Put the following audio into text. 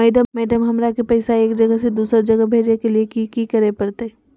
Madam, हमरा के पैसा एक जगह से दुसर जगह भेजे के लिए की की करे परते?